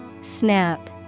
Snap